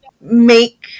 make